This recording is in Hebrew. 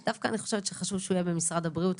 אני דווקא חושבת שחשוב שהוא יהיה במשרד הבריאות,